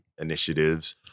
initiatives